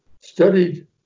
studied